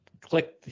click